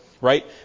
right